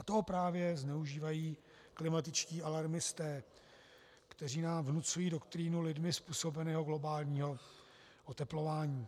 A to právě zneužívají klimatičtí alarmisté, kteří nám vnucují doktrínu lidmi způsobeného globálního oteplování.